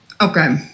Okay